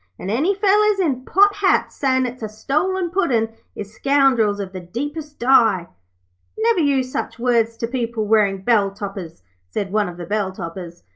and any fellers in pot-hats sayin' it's a stolen puddin' is scoundrels of the deepest dye never use such words to people wearing bell-toppers said one of the bell-topperers,